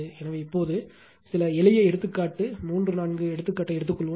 எனவே இப்போது சில எளிய எளிய எடுத்துக்காட்டு மூன்று நான்கு எடுத்துக்காட்டு எடுத்துக்கொள்வோம்